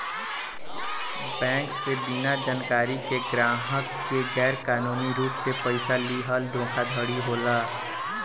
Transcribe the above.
bank से बिना जानकारी के ग्राहक के गैर कानूनी रूप से पइसा लीहल धोखाधड़ी होला